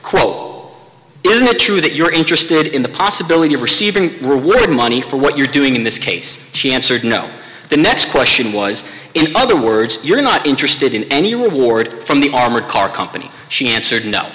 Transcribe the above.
it true that you're interested in the possibility of receiving reward money for what you're doing in this case she answered no the next question was in other words you're not interested in any reward from the armored car company she answered